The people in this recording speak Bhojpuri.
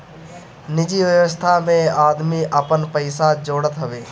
निजि व्यवस्था में आदमी आपन पइसा जोड़त हवे